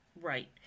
Right